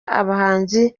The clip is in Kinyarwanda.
abahanzi